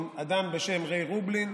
עם אדם בשם ריי רובלין,